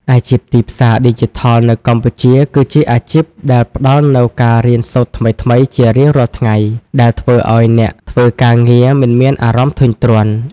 អាជីពទីផ្សារឌីជីថលនៅកម្ពុជាគឺជាអាជីពដែលផ្តល់នូវការរៀនសូត្រថ្មីៗជារៀងរាល់ថ្ងៃ ដែលធ្វើឱ្យអ្នកធ្វើការងារមិនមានអារម្មណ៍ធុញទ្រាន់។